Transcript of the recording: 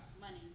Money